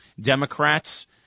Democrats